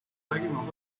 arguments